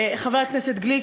חבר הכנסת גליק,